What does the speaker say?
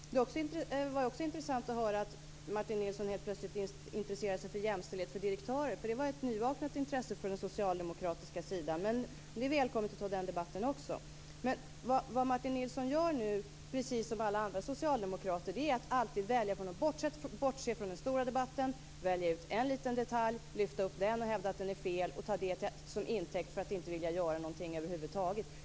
Det var också intressant att höra att Martin Nilsson helt plötsligt intresserar sig för jämställdhet för direktörer. Det är ett nyvaknat intresse från den socialdemokratiska sidan. Men det är välkommet att ta upp också den debatten. Vad Martin Nilsson nu gör, precis som alla andra socialdemokrater, är att alltid välja att bortse från den stora debatten, att välja ut en liten detalj, att lyfta upp den och hävda att den är felaktig och att ta det till intäkt för att inte göra någonting över huvud taget.